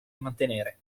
mantenere